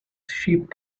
sheep